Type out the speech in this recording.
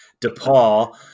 DePaul